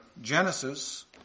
Genesis